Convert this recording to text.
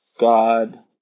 God